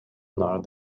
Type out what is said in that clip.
naar